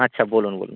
আচ্ছা বলুন বলুন